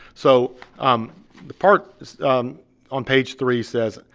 so um the part um on page three says,